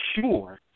sure